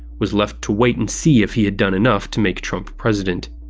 was left to wait and see if he had done enough to make trump president.